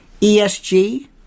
ESG